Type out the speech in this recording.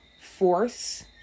force